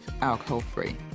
alcohol-free